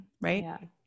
Right